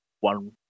one